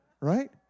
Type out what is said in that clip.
right